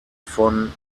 von